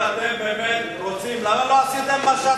אתם מחוץ לתרבות האנושית.